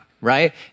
right